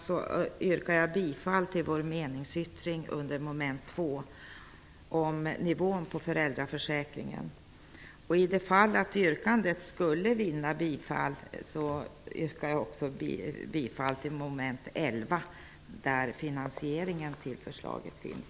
Jag yrkar bifall till vår meningsyttring under mom. 2 om nivån på föräldraförsäkringen. I det fall att yrkandet skulle vinna bifall, yrkar jag också bifall till vår meningsyttring under mom. 11 där finansieringen av förslaget framgår.